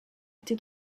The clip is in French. été